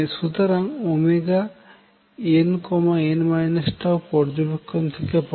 সুতরাং nn τ পর্যবেক্ষণ থেকে পাওয়া